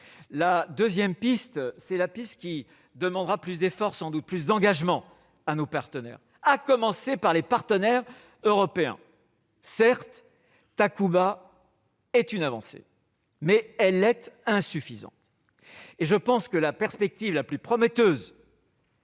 La deuxième piste est celle qui demandera plus d'efforts, sans doute plus d'engagement à nos partenaires, à commencer par nos partenaires européens. Certes, Takuba est une avancée, mais celle-ci est insuffisante. La perspective la plus prometteuse